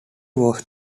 was